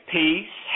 peace